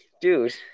Dude